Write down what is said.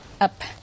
up